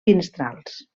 finestrals